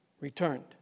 returned